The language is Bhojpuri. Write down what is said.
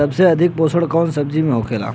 सबसे अधिक पोषण कवन सब्जी में होखेला?